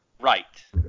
Right